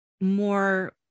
more